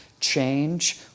change